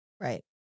Right